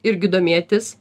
irgi domėtis